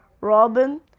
Robin